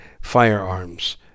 firearms